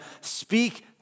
Speak